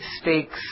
speaks